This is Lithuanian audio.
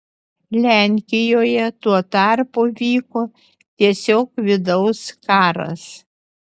lenkijoje tuo tarpu vyko tiesiog vidaus karas